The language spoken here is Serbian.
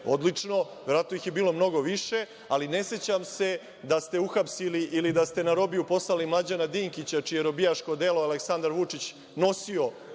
Odlično, verovatno ih je bilo mnogo više, ali ne sećam se da ste uhapsili ili da ste na robiju poslali Mlađana Dinkića, čije je robijaško delo Aleksandar Vučić nosio